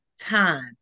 time